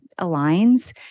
aligns